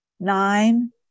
Nine